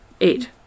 Eight